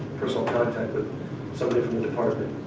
personal contact with somebody from the department.